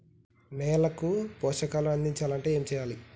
నేలకు పోషకాలు అందించాలి అంటే ఏం చెయ్యాలి?